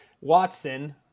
Watson